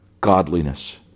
godliness